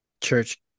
church